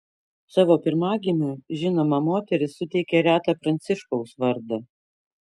savo pirmagimiui žinoma moteris suteikė retą pranciškaus vardą